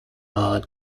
are